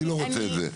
אני לא רוצה את זה.